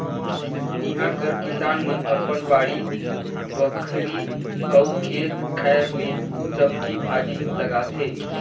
इहां कर किसान मन अपन बाड़ी बखरी अउ खेत खाएर में सब्जी भाजी लगाथें